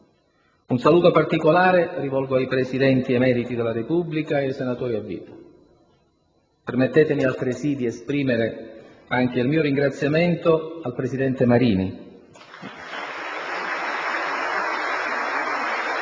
Un saluto particolare rivolgo ai Presidenti emeriti della Repubblica ed ai senatori a vita. Permettetemi altresì di esprimere anche il mio ringraziamento al presidente Marini. *(Vivi,